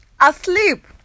asleep